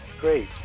Great